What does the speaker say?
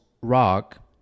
rock